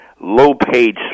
low-paid